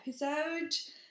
episode